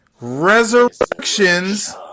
Resurrections